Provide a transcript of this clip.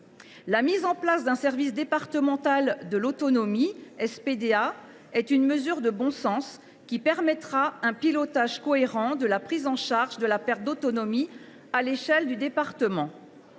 La création d’un service public départemental de l’autonomie est une mesure de bon sens qui permettra un pilotage cohérent de la prise en charge de la perte d’autonomie à l’échelle du département.